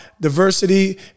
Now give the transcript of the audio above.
diversity